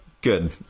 good